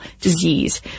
disease